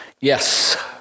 Yes